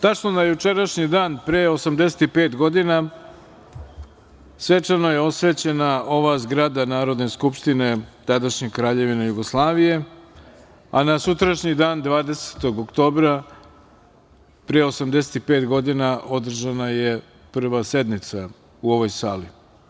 Tačno na jučerašnji dan pre 85 godina svečano je osvećena ova zgrada Narodne skupštine, tadašnje Kraljevine Jugoslavije, a na sutrašnji dan 20. oktobra pre 85 godina održana je prva sednica u ovoj sali.